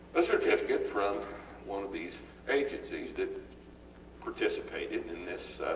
a certificate from one of these agencies that participated in this